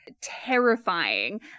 terrifying